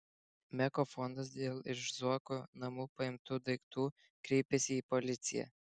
meko fondas dėl iš zuokų namų paimtų daiktų kreipėsi į policiją